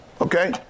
Okay